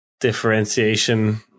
differentiation